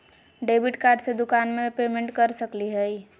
Debit card से दुकान में पेमेंट कर सकली हई?